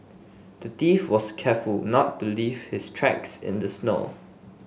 the thief was careful to not leave his tracks in the snow